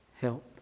help